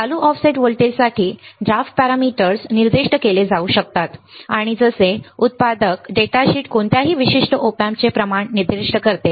चालू ऑफसेट व्होल्टेजसाठी drift parameters निर्दिष्ट केले जाऊ शकतात आणि जसे उत्पादक डेटाशीट कोणत्याही विशिष्ट ऑप अँपचे प्रमाण निर्दिष्ट करते